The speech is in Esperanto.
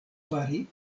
fari